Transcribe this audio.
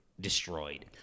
destroyed